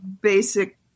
basic